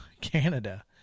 Canada